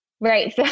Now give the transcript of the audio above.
Right